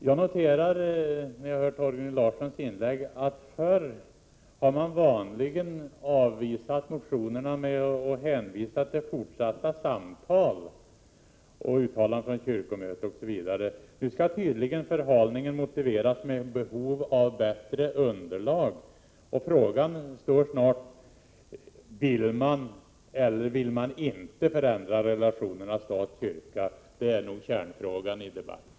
Jag noterar, när jag hör Torgny Larssons inlägg, att man förr vanligen har 89 avvisat motionerna med att hänvisa till fortsatta samtal, uttalanden från kyrkomötet osv., men nu skall tydligen förhalningen motiveras med behov av bättre underlag. Frågan är: Vill man eller vill man inte förändra relationerna stat-kyrka? Det är nog kärnfrågan i debatten.